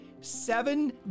seven